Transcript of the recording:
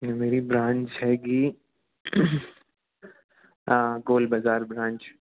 मेरी ब्रांच हैगी गोल बज़ार ब्रांच